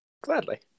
Gladly